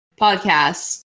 podcast